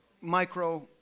micro